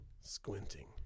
Squinting